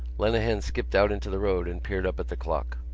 lenehan skipped out into the road and peered up at the clock.